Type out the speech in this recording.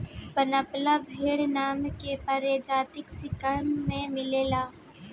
बनपाला भेड़ नाम के प्रजाति सिक्किम में मिलेले